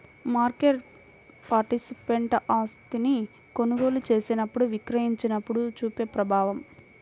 market participant ఆస్తిని కొనుగోలు చేసినప్పుడు, విక్రయించినప్పుడు చూపే ప్రభావం